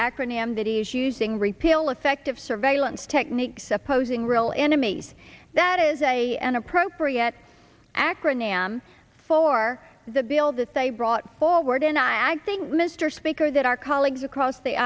acronym that he is using repeal effective surveillance techniques opposing real enemies that is a an appropriate acronym am for the bill that they brought forward and i think mr speaker that our colleagues across the